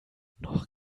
noch